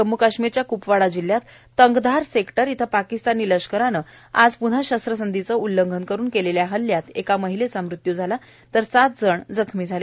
जम्मू काश्मीरच्या कुपवाडा जिल्ह्यात तंगधार सेक्टर इथं पाकिस्तानी लष्करानं शस्त्रसंधीचं उल्लंघन करुन केलेल्या हल्ल्यात एक महिलेचा मृत्यू झाला तर सात नागरिक जखमी झाले